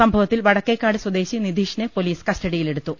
സംഭവത്തിൽ വടക്കേക്കാട് സ്വദേശി നിധീഷിനെ പൊലീസ് കസ്റ്റഡിയിലെടുത്തു